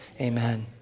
amen